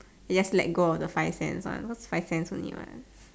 I just let go of the five cents one five cents only what